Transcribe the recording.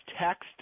text